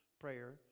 prayer